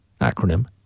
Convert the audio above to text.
acronym